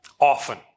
Often